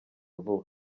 vuba